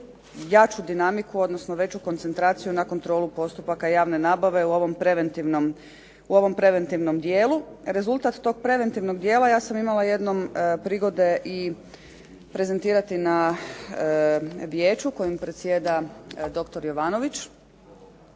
jaču dinamiku odnosno veću koncentraciju na kontrolu postupaka javne nabave u ovom preventivnom dijelu. Rezultat tog preventivnog dijela, ja sam jednom imala prigode prezentirati i na Vijeću kojim predsjeda dr. Jovanović,